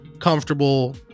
Comfortable